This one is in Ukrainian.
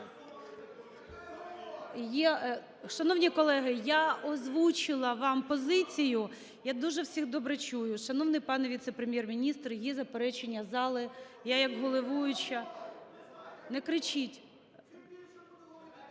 Шановні колеги, я озвучила вам позицію. Я дуже всіх добре чую. Шановний пане віце-прем'єр-міністр, є заперечення зали. Я як головуюча...